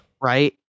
Right